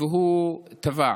והוא טבע.